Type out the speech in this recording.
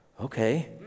okay